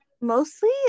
mostly